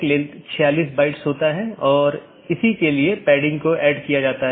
BGP का विकास routing सूचनाओं को एकत्र करने और संक्षेपित करने के लिए हुआ है